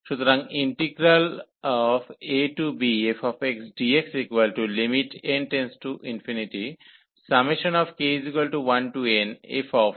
সুতরাং integral abfxdxn→∞k1nfckΔxk